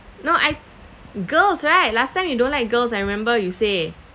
no I girls right last time you don't like girls I remember you say